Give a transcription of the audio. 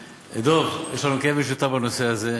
דב, יש לנו יש כאב משותף בנושא הזה.